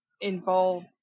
involve